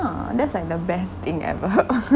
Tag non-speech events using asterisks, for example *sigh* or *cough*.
that's like the best thing ever *laughs*